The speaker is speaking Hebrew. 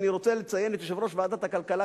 אני רוצה לציין את יושב-ראש ועדת הכלכלה,